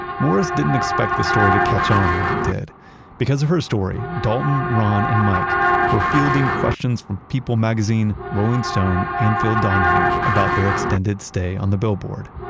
morris didn't expect the story to catch on like it did. but because of her story, dalton, ron and mike were fielding questions from people magazine, rolling stone, and phil donahue about their extended stay on the billboard.